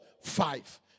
five